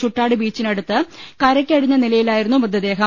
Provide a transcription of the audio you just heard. ചൂട്ടാട് ബീച്ചിനടുത്ത് കരയ്ക്കടിഞ്ഞ നിലയിലായിരുന്നു മൃത ദേഹം